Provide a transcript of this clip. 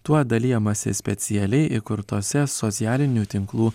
tuo dalijamasi specialiai įkurtose socialinių tinklų